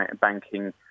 banking